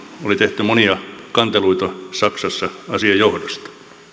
oli tehty monia kanteluita saksassa asian johdosta